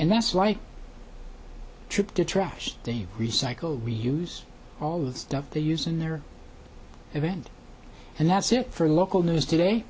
and that's like a trip to trash they recycle reuse all the stuff they use in their event and that's it for local news today